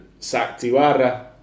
Saktiwara